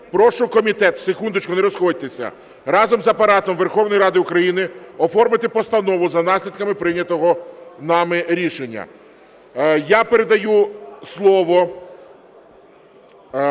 Прошу комітет (секундочку, не розходьтеся) разом з Апаратом Верховної Ради України оформити постанову за наслідками прийнятого нами рішення. Я передаю слово